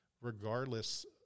regardless